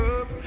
up